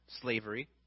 slavery